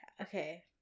okay